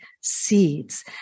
seeds